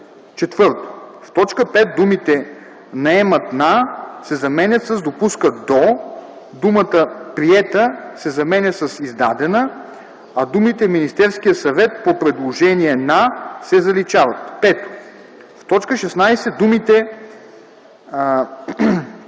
и”. 4. В т. 5 думите „наемат на” се заменят с „допускат до”, думата “приета” се заменя с „издадена”, а думите „Министерския съвет по предложение на” се заличават. 5. В т. 16 думите